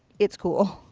it's cool.